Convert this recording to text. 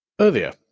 Earlier